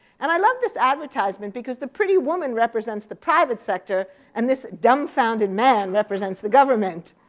and i love this advertisement because the pretty woman represents the private sector and this dumbfounded man represents the government.